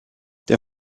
der